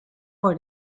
for